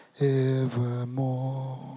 evermore